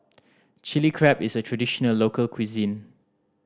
Chilli Crab is a traditional local cuisine